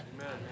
Amen